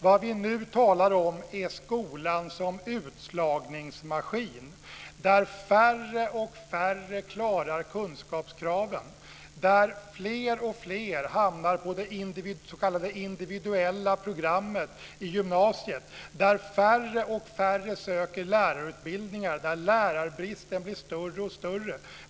Vad vi nu talar om är skolan som utslagningsmaskin, där färre och färre klarar kunskapskraven, där fler och fler hamnar på det s.k. individuella programmet i gymnasiet, där färre och färre söker lärarutbildningar och där lärarbristen blir större och större.